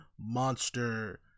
Monster